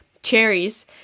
cherries